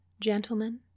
Gentlemen